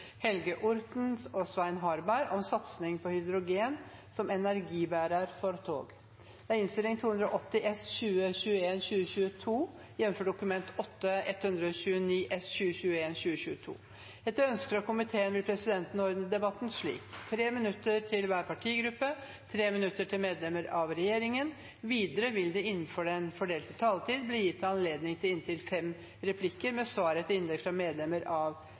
dagens møte. Ingen har bedt om ordet. Ingen har bedt om ordet. Etter ønske fra transport- og kommunikasjonskomiteen vil presidenten ordne debatten slik: 3 minutter til hver partigruppe og 3 minutter til medlemmer av regjeringen. Videre vil det – innenfor den fordelte taletid – bli gitt anledning til inntil fem replikker med svar etter innlegg fra medlemmer av